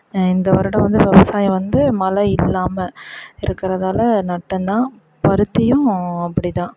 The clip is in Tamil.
இந்த வருடம் வந்து விவசாயம் வந்து மழை இல்லாமல் இருக்கிறதால நஷ்டம் தான் பருத்தியும் அப்படி தான்